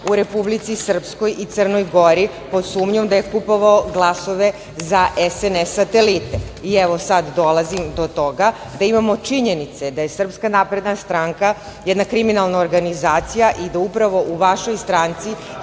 u Republici Srpskoj i Crnoj Gori pod sumnjom da je kupovao glasove za SNS satelite i evo sada dolazim do toga da imamo činjenice da je Srpska napredna stranka jedna kriminalna organizacija i da upravo u vašoj stanci